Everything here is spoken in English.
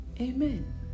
Amen